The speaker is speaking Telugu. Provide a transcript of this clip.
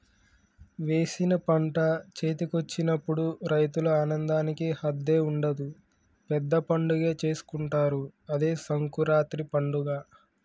వేసిన పంట చేతికొచ్చినప్పుడు రైతుల ఆనందానికి హద్దే ఉండదు పెద్ద పండగే చేసుకుంటారు అదే సంకురాత్రి పండగ